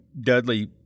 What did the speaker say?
dudley